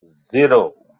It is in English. zero